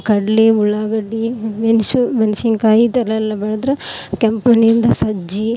ಕಡಲೆ ಉಳ್ಳಾಗಡ್ಡಿ ಮೆಣಸು ಮೆಣ್ಶಿನ್ಕಾಯಿ ಈ ಥರ ಎಲ್ಲ ಬೆಳೆದ್ರೆ ಕೆಂಪು ಮಣ್ಣಿಂದ ಸಜ್ಜೆ